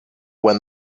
when